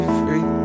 free